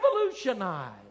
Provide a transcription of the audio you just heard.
revolutionized